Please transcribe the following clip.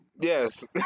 Yes